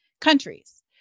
countries